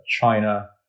China